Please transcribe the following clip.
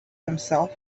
himself